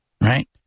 right